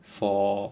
for